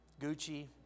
Gucci